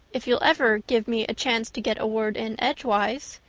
if you'll ever give me a chance to get a word in edgewise.